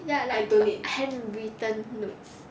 ya like ha~ handwritten notes